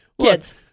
kids